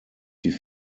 die